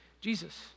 Jesus